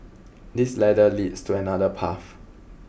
this ladder leads to another path